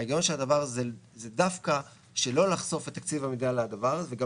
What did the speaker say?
ההיגיון של הדבר הזה זה דווקא שלא לחשוף את תקציב המדינה לדבר הזה וגם